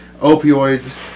opioids